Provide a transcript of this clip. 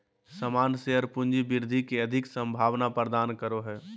सामान्य शेयर पूँजी वृद्धि के अधिक संभावना प्रदान करो हय